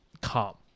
calm